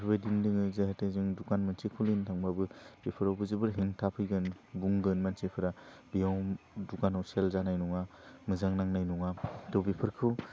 बेफोर बायदिनो जोङो जाहाथे जों दुखान मोनसे खुलिनो थांबाबो बेफोरावबो जोबोर हेंथा फैगोन बुंगोन मानसिफ्रा बेयाव दुखानाव सेल जानाय नङा मोजां नांनाय नङाथ' बेफोरखौ